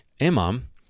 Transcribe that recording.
Imam